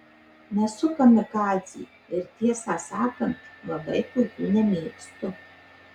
nesu kamikadzė ir tiesą sakant labai tokių nemėgstu